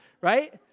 Right